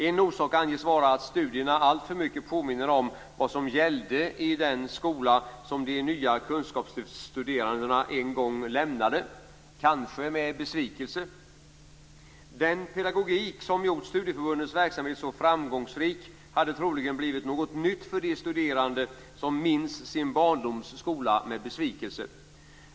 En orsak anges vara att studierna alltför mycket påminner om vad som gällde i den skola som de nya kunskapslyftsstuderandena en gång lämnade - kanske med besvikelse. Den pedagogik som gjort studieförbundens verksamhet så framgångsrik hade troligen blivit något nytt för de studerande som minns sin barndoms skola med besvikelse.